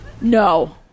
No